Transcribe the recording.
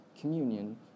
communion